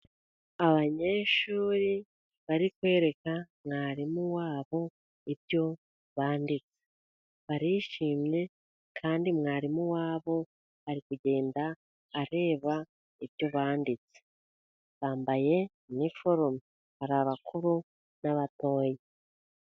Abanyeshuri bari kwereka mwarimu wabo ibyo banditse, barishimye kandi mwarimu wabo ari kugenda areba ibyo banditse. Bambaye iniforome, hari abakuru n'abatoyi.